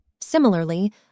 Similarly